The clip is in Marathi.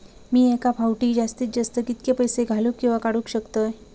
मी एका फाउटी जास्तीत जास्त कितके पैसे घालूक किवा काडूक शकतय?